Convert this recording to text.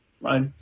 right